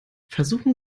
versuchen